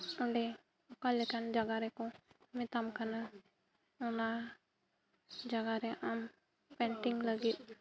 ᱚᱸᱰᱮ ᱚᱠᱟᱞᱮᱠᱟᱱ ᱡᱟᱜᱟᱨᱮ ᱨᱮᱠᱚ ᱢᱮᱛᱟᱢ ᱠᱟᱱᱟ ᱚᱱᱟ ᱡᱟᱜᱟᱨᱮ ᱟᱢ ᱯᱮᱱᱴᱤᱝ ᱞᱟᱹᱜᱤᱫ